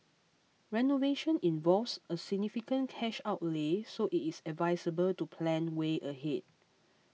renovation involves a significant cash outlay so it is advisable to plan way ahead